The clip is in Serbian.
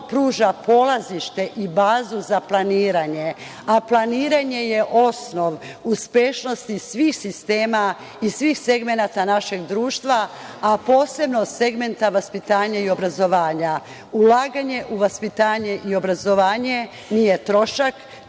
pruža polazište i bazu za planiranje, a planiranje je osnov uspešnosti svih sistema i svih segmenata našeg društva, a posebno segmenta vaspitanja i obrazovanja. Ulaganje u vaspitanje i obrazovanje nije trošak,